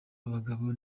abagabo